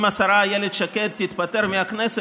אם השרה אילת שקד תתפטר מהכנסת,